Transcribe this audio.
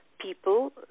people